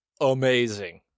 amazing